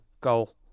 goal